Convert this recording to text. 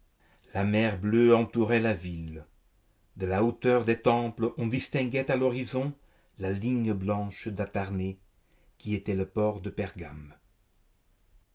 la mer bleue entourait la ville de la hauteur des temples on distinguait à l'horizon la ligne blanche d'atarnée qui était le port de pergame